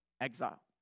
Exile